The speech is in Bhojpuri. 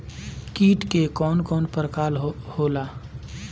कीट के कवन कवन प्रकार होला?